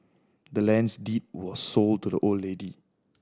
the land's deed was sold to the old lady